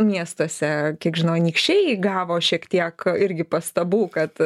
miestuose kiek žinau anykščiai gavo šiek tiek irgi pastabų kad